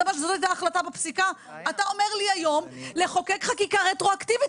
אתה אומר לי היום לחוקק חקיקה רטרואקטיבית.